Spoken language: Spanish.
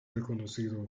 reconocido